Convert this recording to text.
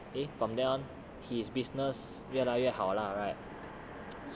you know then eh from there his business 越来越好 lah right